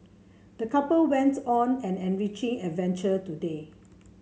the couple went on an enriching adventure today